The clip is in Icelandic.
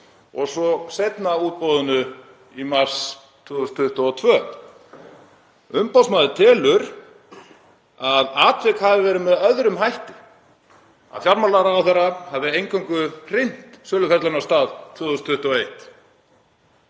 og svo seinna útboðsins í mars 2022. Umboðsmaður telur að atvik hafi verið með öðrum hætti, að fjármálaráðherra hafi eingöngu hrint söluferlinu af stað 2021.